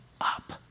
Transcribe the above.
up